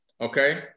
okay